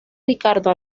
ricardo